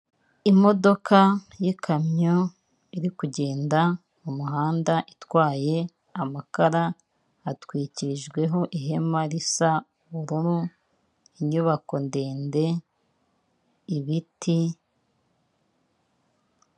Imodoka y'ikamyo iri kugenda mumuhanda itwaye amakara, hatwikirijweho ihema risa ubururu, inyubako ndende ibiti.